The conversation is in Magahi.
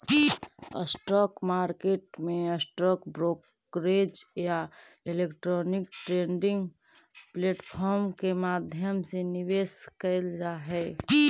स्टॉक मार्केट में स्टॉक ब्रोकरेज या इलेक्ट्रॉनिक ट्रेडिंग प्लेटफॉर्म के माध्यम से निवेश कैल जा हइ